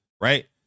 right